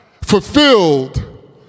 fulfilled